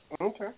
Okay